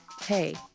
Hey